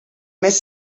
més